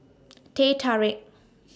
Teh Tarik